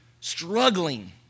struggling